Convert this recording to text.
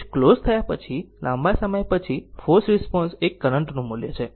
switch close થયા પછી લાંબા સમય પછી ફોર્સ્ડ રિસ્પોન્સ એ કરંટ નું મૂલ્ય છે